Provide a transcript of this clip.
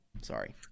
Sorry